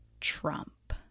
Trump